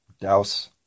douse